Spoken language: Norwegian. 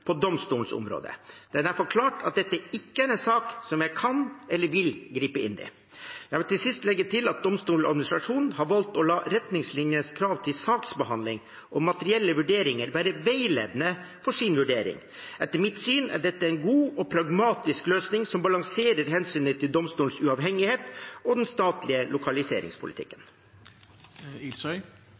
på domstolenes område. Det er derfor klart at dette ikke er en sak som jeg kan eller vil gripe inn i. Jeg vil til sist legge til at Domstoladministrasjonen har valgt å la retningslinjenes krav til saksbehandling og materielle vurderinger være veiledende for sin vurdering. Etter mitt syn er dette en god og pragmatisk løsning som balanserer hensynet til domstolenes uavhengighet og den statlige lokaliseringspolitikken.